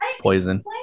poison